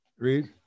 Read